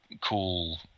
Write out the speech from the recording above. cool